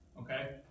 okay